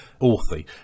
Authy